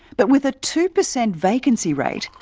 but with a two percent vacancy rate,